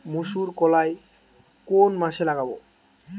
মুসুর কলাই কোন মাসে লাগাব?